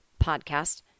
podcast